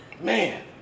Man